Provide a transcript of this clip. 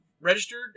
registered